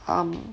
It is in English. um